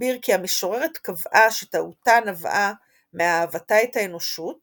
הסביר כי המשוררת קבעה שטעותה נבעה מאהבתה את האנושות